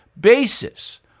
basis